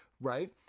Right